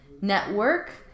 network